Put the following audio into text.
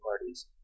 parties